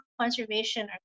conservation